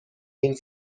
این